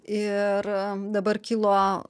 ir dabar kilo